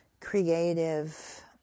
creative